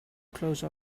close